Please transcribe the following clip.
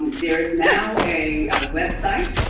there is now a ah website,